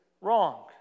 wrong